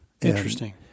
Interesting